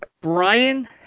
Brian